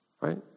Right